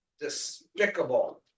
despicable